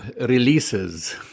releases